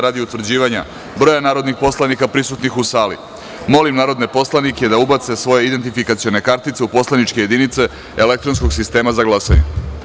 Radi utvrđivanja broja narodnih poslanika prisutnih u sali molim poslanike da ubace svoje identifikacione kartice u poslaničke jedinice elektronskog sistema za glasanje.